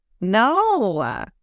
No